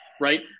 right